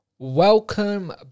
Welcome